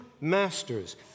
masters